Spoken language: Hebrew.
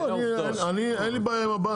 לא, אני אין לי בעיה עם הבנק.